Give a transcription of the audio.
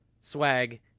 swag